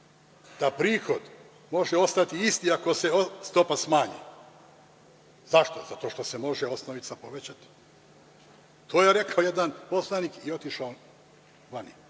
da prihod može ostati isti ako se stopa smanji. Zašto? Zato što se može osnovica povećati. To je rekao jedan poslanik i otišao je vani.